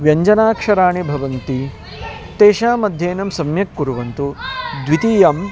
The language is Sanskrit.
व्यञ्जनाक्षराणि भवन्ति तेषाम् अध्ययनं सम्यक् कुर्वन्तु द्वितीयम्